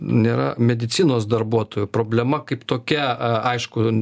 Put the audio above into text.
nėra medicinos darbuotojų problema kaip tokia aišku